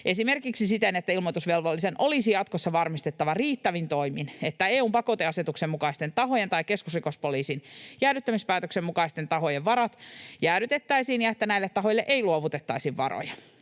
esimerkiksi siten, että ilmoitusvelvollisen olisi jatkossa varmistettava riittävin toimin, että EU:n pakoteasetuksen mukaisten tahojen tai keskusrikospoliisin jäädyttämispäätöksen mukaisten tahojen varat jäädytettäisiin, että näille tahoille ei luovutettaisi varoja